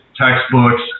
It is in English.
Textbooks